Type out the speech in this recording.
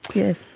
yes.